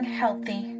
healthy